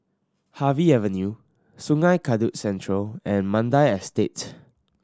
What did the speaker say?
Harvey Avenue Sungei Kadut Central and Mandai Estate